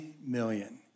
million